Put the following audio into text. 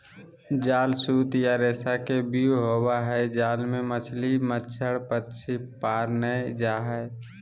जाल सूत या रेशा के व्यूह होवई हई जाल मे मछली, मच्छड़, पक्षी पार नै जा हई